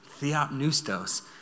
Theopneustos